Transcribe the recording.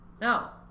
Now